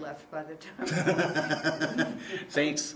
left by the time thanks